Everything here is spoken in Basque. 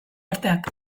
arteak